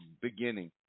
beginning